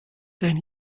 dein